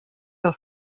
del